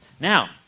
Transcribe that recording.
Now